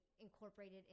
incorporated